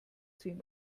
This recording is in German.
zehn